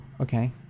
Okay